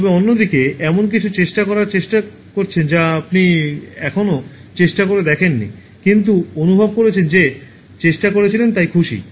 তবে অন্যদিকে এমন কিছু চেষ্টা করার চেষ্টা করছেন যা আপনি এখনও চেষ্টা করে দেখেননি কিন্তু অনুভব করেছেন যে চেষ্টা করেছিলেন তাই খুশি